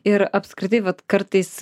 ir apskritai vat kartais